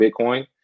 Bitcoin